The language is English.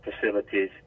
facilities